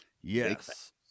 Yes